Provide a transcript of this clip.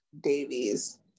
Davies